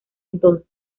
entonces